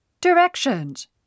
Directions